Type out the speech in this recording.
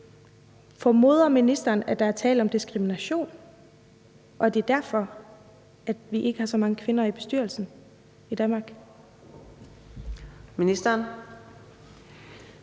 Formoder ministeren, at der er tale om diskrimination, og at det er derfor, vi ikke har så mange kvinder i bestyrelser i Danmark?